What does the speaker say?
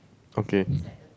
okay